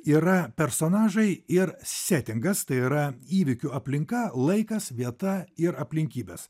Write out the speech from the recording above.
yra personažai ir setingas tai yra įvykių aplinka laikas vieta ir aplinkybės